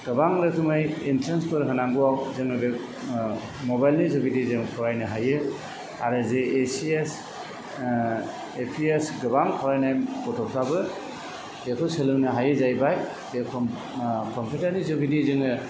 गोबां रोखोमै entrance for होनांगौआव जोङो बे मबाइल नि जुगेदि जों फरायनो हायो आरो जे A C S A P S गोबां फरायनाय गथ'फ्राबो बेखौ सोलोंनो हायो जाहैबाय जेरेखम कम्टिउटार नि जुगेदि जोङो